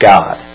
God